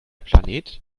planet